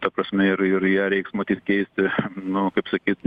ta prasme ir ir ją reiks matyt keisti nu kaip sakyt